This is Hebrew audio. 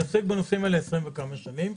אני מייצג בנושאים האלה עשרים וכמה שנים,